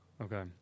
Okay